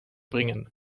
bringen